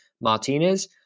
Martinez